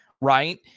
right